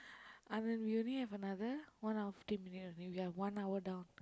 Anand we only have another one hour fifteen minutes only we are one hour down